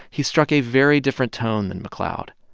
he struck a very different tone than mcleod.